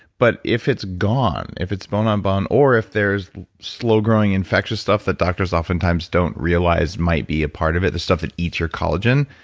but if it's gone, if it's bone on bone or if there's slow growing infectious stuff that doctors oftentimes don't realize might be a part of it, the stuff that eats your collagen,